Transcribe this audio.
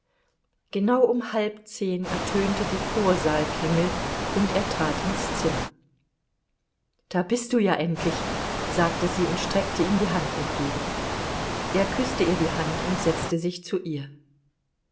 genau um halb zehn ertönte die vorsaalklingel und er trat ins zimmer da bist du ja endlich sagte sie und streckte ihm die hand entgegen er küßte ihr die hand und setzte sich zu ihr